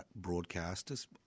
broadcasters